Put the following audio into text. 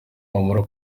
wamara